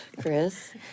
Chris